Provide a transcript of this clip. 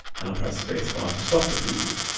and i'll press space bar to stop the preview.